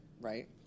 right